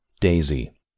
daisy